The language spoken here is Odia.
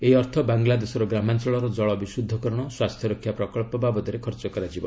ଏହି ଅର୍ଥ ବାଂଲାଦେଶର ଗ୍ରାମାଞ୍ଚଳର ଜଳ ବିଶୁଦ୍ଧକରଣ ସ୍ୱାସ୍ଥ୍ୟରକ୍ଷା ପ୍ରକଳ୍ପ ବାବଦରେ ଖର୍ଚ୍ଚ କରାଯିବ